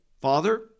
Father